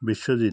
Biswajit